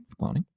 Cloning